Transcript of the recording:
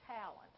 talent